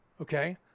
okay